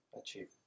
achieve